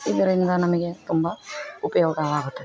ಇದ್ರಿಂದ ನಮಗೆ ತುಂಬ ಉಪಯೋಗವಾಗುತ್ತದೆ